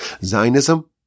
Zionism